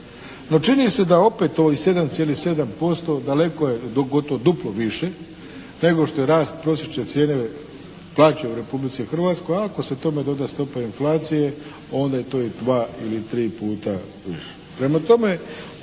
No čini se da opet ovih 7,7% daleko je, gotovo duplo više nego što je rast prosječne cijene plaće u Republici Hrvatskoj ako se tome doda stopa inflacije onda je to i dva ili tri puta više.